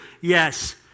Yes